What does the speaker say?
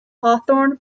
hawthorn